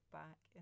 back